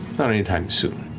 not anytime soon.